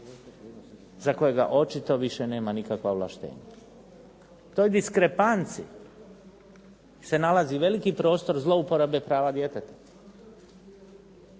za kojega očito više nema nikakva ovlaštenja. To je diskrepancija gdje se nalazi veliki prostor zlouporabe prava djeteta.